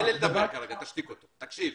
תן לי לדבר, תקשיב: